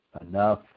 enough